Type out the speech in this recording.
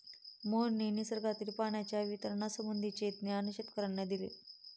मोहनने निसर्गातील पाण्याच्या वितरणासंबंधीचे ज्ञान शेतकर्यांना दिले